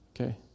Okay